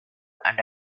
and